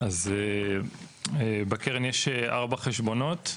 אז בקרן יש ארבעה חשבונות.